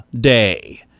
Day